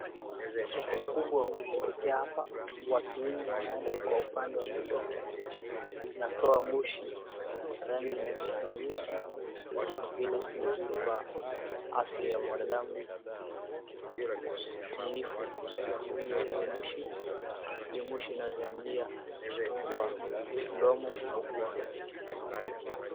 Moto kubwa umeteketea hapa watu wengi wanaenda kwa upande wa moto inatoa moshi ya rangi ya nyeusi kwa vile si mzuri kwa afya ya mwanadamu ku sniff hiyo moshi. Hiyo moshi inaweza ingia kwa mdomo na ukufe.